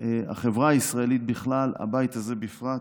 החברה הישראלית בכלל והבית הזה בפרט,